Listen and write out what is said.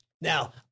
Now